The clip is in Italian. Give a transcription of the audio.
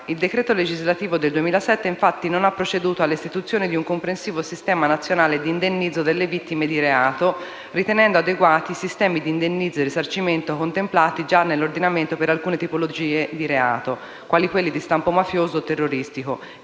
Il decreto legislativo del 2007, infatti, non ha proceduto alla istituzione di un comprensivo sistema nazionale di indennizzo delle vittime di reato, ritenendo adeguati i sistemi di indennizzo e risarcimento contemplati già dall'ordinamento per alcune tipologie di reato (quali quelli di stampo mafioso o terroristico)